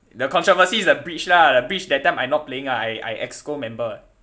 the controversy is the breach lah the breach that time I not playing lah I I exco member [what]